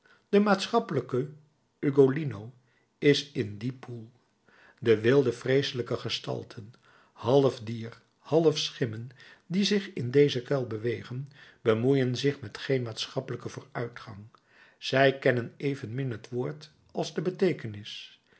de maatschappelijke ugolino is in dien poel de wilde vreeselijke gestalten half dier half schimmen die zich in dezen kuil bewegen bemoeien zich met geen maatschappelijken vooruitgang zij kennen evenmin het woord als de beteekenis